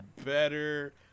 Better